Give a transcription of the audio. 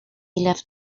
left